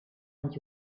und